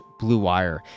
bluewire